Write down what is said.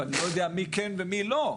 ואני לא יודע מי כן ומי לא.